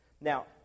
Now